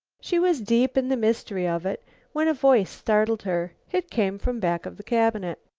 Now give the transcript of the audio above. she was deep in the mystery of it when a voice startled her. it came from back of the cabinet.